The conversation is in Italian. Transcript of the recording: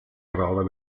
prova